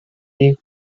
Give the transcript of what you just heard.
league